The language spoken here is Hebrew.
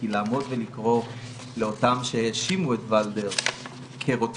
כי לעמוד ולקרוא לאותם שהאשימו את ולדר כרודפים,